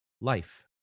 life